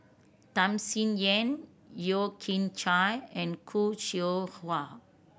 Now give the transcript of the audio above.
Tham Sien Yen Yeo Kian Chai and Khoo Seow Hwa